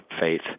faith